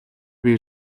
бие